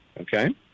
Okay